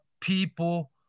people